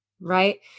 right